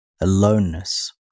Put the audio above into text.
Aloneness